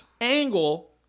angle